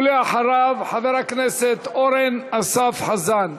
ואחריו, חבר הכנסת אורן אסף חזן.